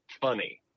funny